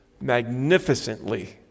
magnificently